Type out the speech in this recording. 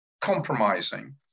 compromising